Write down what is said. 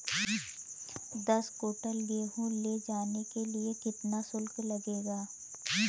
दस कुंटल गेहूँ ले जाने के लिए कितना शुल्क लगेगा?